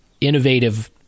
innovative